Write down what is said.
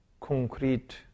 concrete